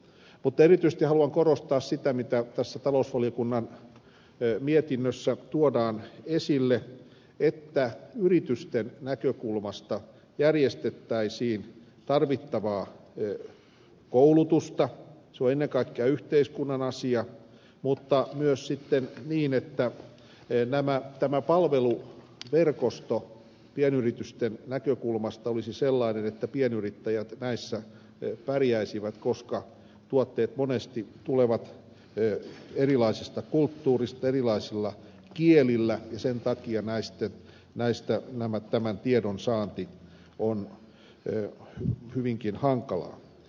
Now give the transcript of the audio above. mutta erityisesti haluan korostaa sitä mikä tässä talousvaliokunnan mietinnössä tuodaan esille nimittäin että yritysten näkökulmasta järjestettäisiin tarvittavaa koulutusta se on ennen kaikkea yhteiskunnan asia mutta myös sitten niin että tämä palveluverkosto pienyritysten näkökulmasta olisi sellainen että pienyrittäjät näissä pärjäisivät koska tuotteet monesti tulevat erilaisista kulttuureista erilaisilla kielillä ja sen takia tiedon saanti näistä on hyvinkin hankalaa